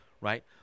right